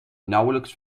nauwelijks